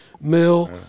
Mill